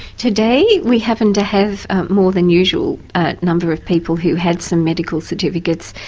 today we happened to have a more than usual number of people who had some medical certificates,